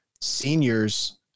seniors